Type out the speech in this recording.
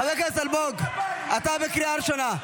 חבר הכנסת אלמוג, אתה בקריאה ראשונה.